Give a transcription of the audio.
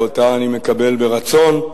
ואותה אני מקבל ברצון,